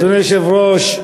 אדוני היושב-ראש,